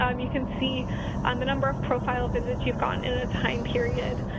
um you can see on the number of profile visits you've gotten in a time period.